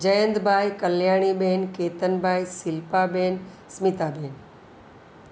જયંત ભાઈ કલ્યાણી બેન કેતન ભાઈ શિલ્પા બેન સ્મિતા બેન